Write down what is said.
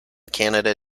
canada